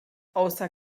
außer